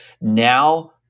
Now